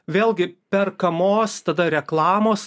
vėlgi perkamos tada reklamos